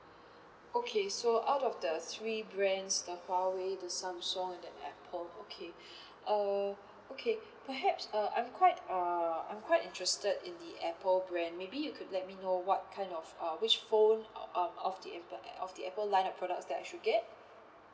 okay so out of the three brands the Huawei the samsung and the apple okay uh okay perhaps uh I'm quite uh I'm quite interested in the apple brand maybe you could let me know what kind of uh which phone uh um of the apple of the apple line of products that I should get